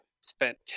spent